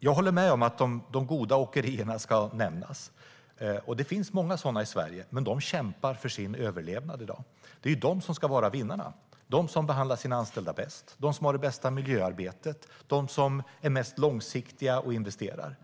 Jag håller med om att de goda åkerierna ska nämnas. Det finns många sådana i Sverige, men de kämpar för sin överlevnad i dag. Det är de som ska vara vinnarna - de som behandlar sina anställda bäst, de som har det bästa miljöarbetet och de som är mest långsiktiga och investerar.